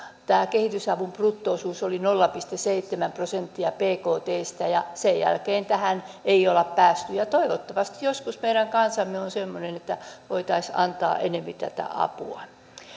tämä kehitysavun brutto osuus oli nolla pilkku seitsemän prosenttia bktsta ja ja sen jälkeen tähän ei olla päästy toivottavasti joskus meidän kansamme on semmoinen että voitaisiin antaa enempi tätä apua